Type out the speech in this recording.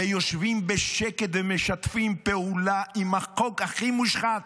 ויושבים בשקט ומשתפים פעולה עם החוק הכי מושחת.